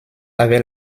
avait